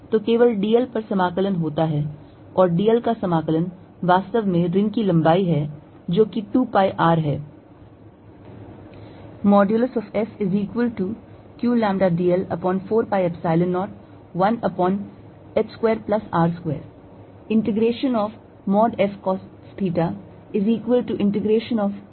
तो केवल dl पर समाकलन होता है और dl का समाकलन वास्तव में रिंग की लंबाई है जो कि 2 pi R है